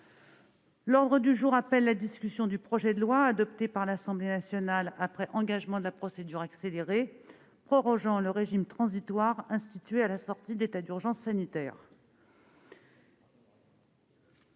L'ordre du jour appelle la discussion du projet de loi, adopté par l'Assemblée nationale après engagement de la procédure accélérée, prorogeant le régime transitoire institué à la sortie de l'état d'urgence sanitaire